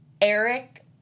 Eric